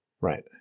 Right